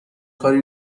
کاری